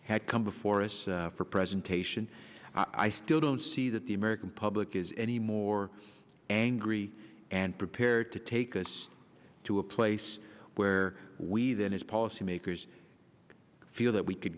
had come before us for presentation i still don't see that the american public is anymore angry and prepared to take us to a place where we then as policymakers feel that we